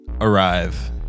arrive